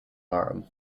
harem